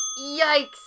Yikes